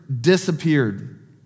disappeared